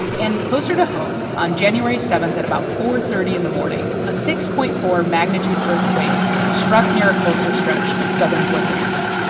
and closer to home, on january seven at about four thirty in the morning, a six point four magnitude earthquake struck near a coastal stretch of southern puerto rico.